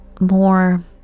more